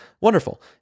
Wonderful